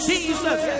Jesus